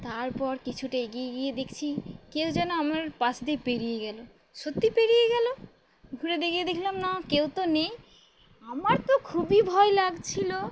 তারপর কিছুটা এগিয়ে গিয়ে দেখছি কেউ যেন আমার পাশ দিয়ে পেরিয়ে গেল সত্যি পেরিয়ে গেল ঘুরে দেখিয়ে দেখলাম না কেউ তো নেই আমার তো খুবই ভয় লাগছিল